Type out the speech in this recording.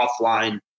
offline